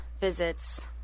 visits